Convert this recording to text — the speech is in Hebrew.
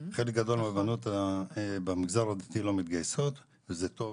חלק גדול מהבנות במגזר הדתי לא מתגייסות וזה טוב